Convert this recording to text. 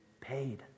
paid